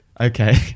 okay